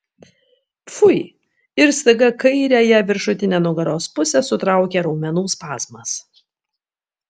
pfui ir staiga kairiąją viršutinę nugaros pusę sutraukė raumenų spazmas